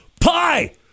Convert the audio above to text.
pie